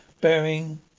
bearing